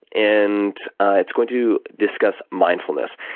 and it's going to discuss mindfulness.